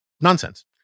nonsense